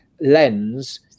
lens